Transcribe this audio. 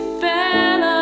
fell